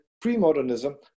pre-modernism